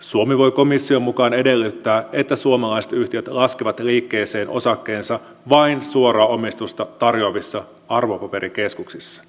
suomi voi komission mukaan edellyttää että suomalaiset yhtiöt laskevat liikkeeseen osakkeensa vain suoraa omistusta tarjoavissa arvopaperikeskuksissa